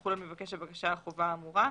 ותחול על מבקש הבקשה החובה האמורה.